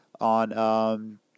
On